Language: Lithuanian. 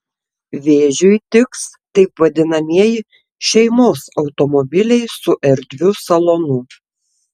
vėžiui tiks taip vadinamieji šeimos automobiliai su erdviu salonu